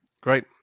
Great